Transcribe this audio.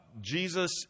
Jesus